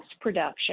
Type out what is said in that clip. production